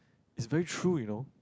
is very true you know